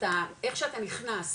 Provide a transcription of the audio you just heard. איך שאתה נכנס,